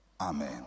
Amen